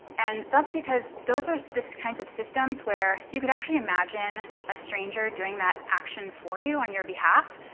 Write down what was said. and that's because those are so the kinds of systems where you could actually imagine a stranger doing that action for you on your behalf.